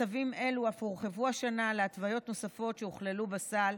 מצבים אלו אף הורחבו השנה להתוויות נוספות שהוכללו בסל,